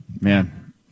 Man